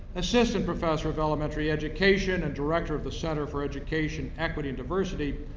assistant professor of elementary education and director of the center for education equity and diversity,